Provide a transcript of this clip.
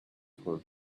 home